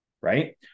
Right